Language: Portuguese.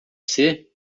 ser